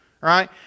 right